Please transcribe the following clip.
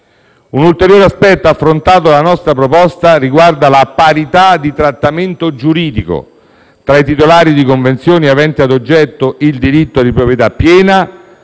Un ulteriore aspetto affrontato dalla nostra proposta riguarda la parità di trattamento giuridico tra i titolari di convenzioni, aventi a oggetto il diritto di proprietà piena,